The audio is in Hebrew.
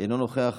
אינו נוכח,